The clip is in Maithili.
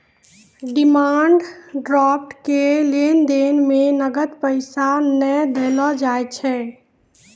डिमांड ड्राफ्ट के लेन देन मे नगद पैसा नै देलो जाय छै